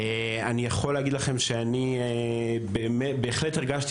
אני יכול להגיד לכם שאני בהחלט הרגשתי